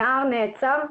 נער נעצר,